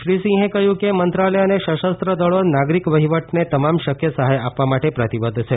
શ્રીસિંહે કહ્યું કે મંત્રાલય અને સશસ્ત્ર દળો નાગરિક વહીવટને તમામ શક્ય સહાય આપવા માટે પ્રતિબધ છે